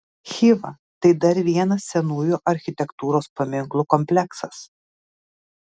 chiva tai dar vienas senųjų architektūros paminklų kompleksas